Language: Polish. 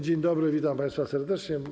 Dzień dobry, witam państwa serdecznie.